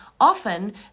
often